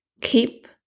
keep